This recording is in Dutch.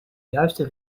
juiste